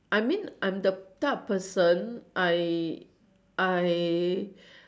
I mean I'm the type of person I I